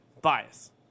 Bias